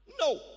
No